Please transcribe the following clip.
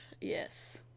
Yes